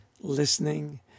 listening